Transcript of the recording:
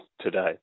today